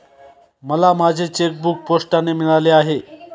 मला माझे चेकबूक पोस्टाने मिळाले आहे